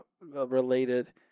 related